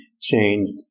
changed